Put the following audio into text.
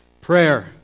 prayer